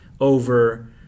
over